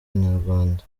inyarwanda